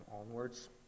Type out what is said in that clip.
onwards